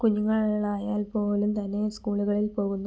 കുഞ്ഞുങ്ങളായാൽ പോലും തനിയെ സ്കൂളുകളിൽ പോകുന്നു